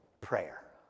prayer